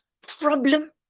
problem